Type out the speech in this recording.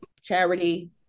charity